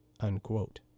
unquote